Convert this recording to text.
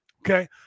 Okay